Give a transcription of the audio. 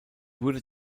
wurde